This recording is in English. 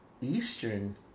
Eastern